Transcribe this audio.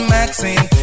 Maxine